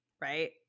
right